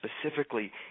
specifically